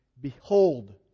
Behold